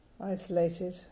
isolated